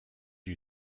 you